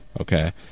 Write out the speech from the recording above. okay